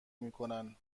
میکنند